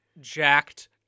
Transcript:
jacked